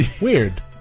Weird